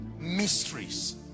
mysteries